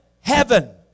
heaven